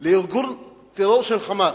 לארגון הטרור של "חמאס".